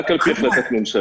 אלא רק על פי החלטת ממשלה.